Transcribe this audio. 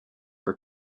are